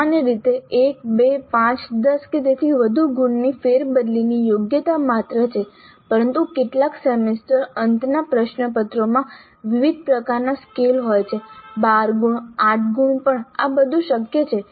સામાન્ય રીતે 1 2 5 10 કે તેથી વધુ ગુણની ફેરબદલીની યોગ્ય માત્રા છે પરંતુ કેટલાક સેમેસ્ટર અંતના પ્રશ્નપત્રોમાં વિવિધ પ્રકારના સ્કેલ હોય છે 12 ગુણ 8 ગુણ પણ આ બધું શક્ય છે